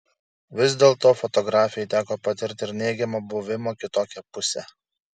vis dėlto fotografei teko patirti ir neigiamą buvimo kitokia pusę